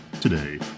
Today